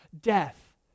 Death